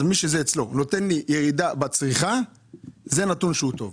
נתון על ירידה בצריכה זה נתון טוב.